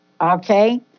okay